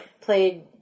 played